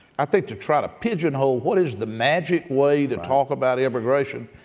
i think to try to pigeonhole what is the magic way to talk about immigration,